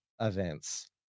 events